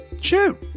Shoot